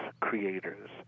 creators